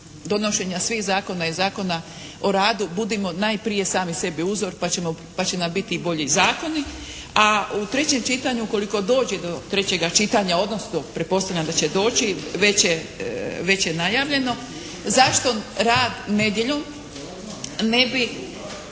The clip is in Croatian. podnošenja svih zakona i Zakona o radu, budimo najprije sami sebi uzor pa će nam biti bolji zakoni. A u trećem čitanju, ukoliko dođe do trećeg čitanja, odnosno pretpostavljam da će doći, već je najavljeno, zašto rad nedjeljom ne bi